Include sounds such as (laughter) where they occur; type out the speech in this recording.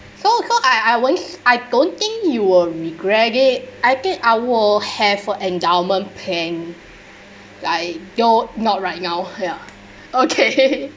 so so I I wish I don't think you will regret it I think I will have an endowment plan like you not right now ya okay (laughs)